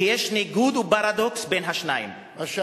כי יש ניגוד ופרדוקס בין השניים, אף שעכשיו,